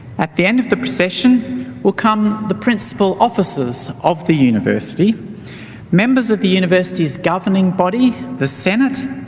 at the end of the procession will come the principal officers of the university members of the university's governing body, the senate,